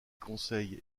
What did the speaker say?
conseil